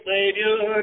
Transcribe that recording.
Savior